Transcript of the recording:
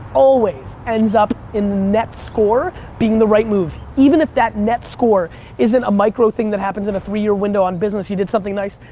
always ends up in the net score being the right move. even if that net score isn't a micro thing that happens in a three year window on business, you did something nice.